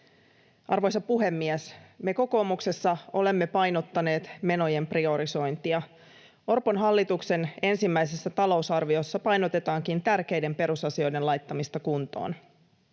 Arvoisa puhemies! Me kokoomuksessa olemme painottaneet menojen priorisointia. Orpon hallituksen ensimmäisessä talousarviossa painotetaankin tärkeiden perusasioiden laittamista kuntoon.